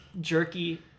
jerky